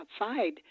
outside